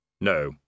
No